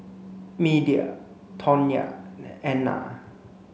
Media Tawnya and Edna